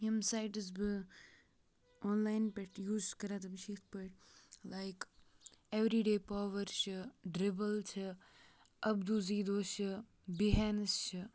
یِم سایٹٕز بہٕ online پٮ۪ٹھ یوٗز کَران تِم چھِ یَتھ پٲٹھۍ لایِک ایٚورِی ڈے پاوَر چھِ ڈِرٛوٕل چھِ اَبدوٗزیٖدو چھِ بِہیٚنٕس چھِ